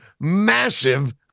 massive